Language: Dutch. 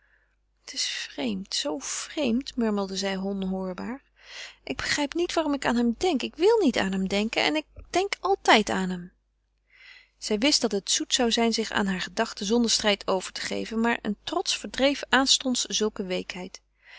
het is vreemd zoo vreemd murmelde zij onhoorbaar ik begrijp niet waarom ik aan hem denk ik wil niet aan hem denken en ik denk altijd aan hem zij wist dat het zoet zoude zijn zich aan hare gedachte zonder strijd over te geven maar een trots verdreef aanstonds zulke weekheid